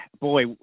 boy